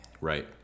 Right